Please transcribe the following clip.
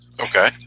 okay